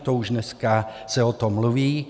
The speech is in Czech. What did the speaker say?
To už dneska se o tom mluví.